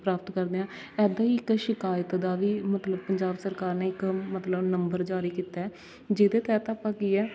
ਪ੍ਰਾਪਤ ਕਰਦੇ ਹਾਂ ਇੱਦਾਂ ਹੀ ਇੱਕ ਸ਼ਿਕਾਇਤ ਦਾ ਵੀ ਮਤਲਬ ਪੰਜਾਬ ਸਰਕਾਰ ਨੇ ਇੱਕ ਮਤਲਬ ਨੰਬਰ ਜਾਰੀ ਕੀਤਾ ਹੈ ਜਿਹਦੇ ਤਹਿਤ ਆਪਾਂ ਕੀ ਹੈ